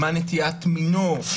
מה נטיית מינו,